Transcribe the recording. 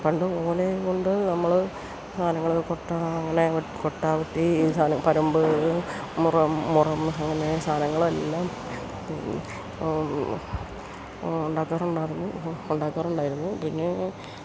പണ്ട് ഓല കൊണ്ട് നമ്മള് സാധനങ്ങള് കൊട്ട അങ്ങനെ കൊട്ട വട്ടി പരമ്പ് മുറം മുറം അങ്ങനെ സാധനങ്ങളെല്ലാം ഉണ്ടാക്കാറുണ്ടായിരുന്നു ഉണ്ടാക്കാറുണ്ടായിരുന്നു പിന്നെ